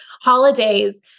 holidays